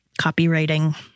copywriting